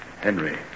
Henry